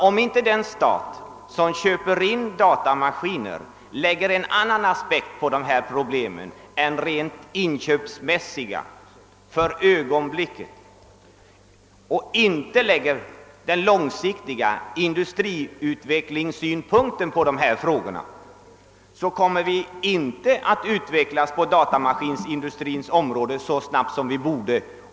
Om inte den stat som köper in datamaskiner ser på dessa problem ur en annan aspekt än den för ögonblicket rent inköpsmässiga och inte lägger mera långsiktiga industriutvecklingssynpunkter på dessa frågor, kommer inte utvecklingen på datamaskinindustrins område att gå så snabbt som den borde.